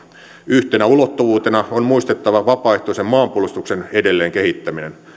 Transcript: yhtenä ulottuvuutena on muistettava vapaaehtoisen maanpuolustuksen edelleen kehittäminen